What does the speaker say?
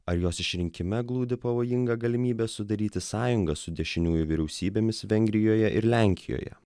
ar jos išrinkime glūdi pavojinga galimybė sudaryti sąjungą su dešiniųjų vyriausybėmis vengrijoje ir lenkijoje